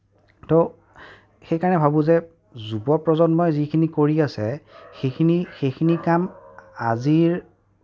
ত' সেইকাৰণে ভাবোঁ যে যুৱ প্ৰজন্মই যিখিনি কৰি আছে সেইখিনি সেইখিনি কাম আজিৰ